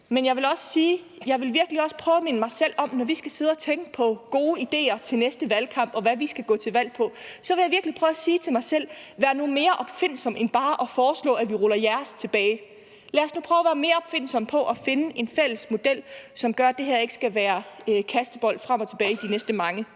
at jeg virkelig vil minde mig selv om, at jeg, når vi skal til at tænke på gode ideer til næste valgkamp, og hvad vi skal gå til valg på, vil sige til mig selv, at jeg skal være mere opfindsom end bare at foreslå at rulle jeres tilbage, være mere opfindsom for at finde en fælles model, som gør, at det her ikke skal være en kastebold frem og tilbage i de næste mange